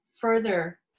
further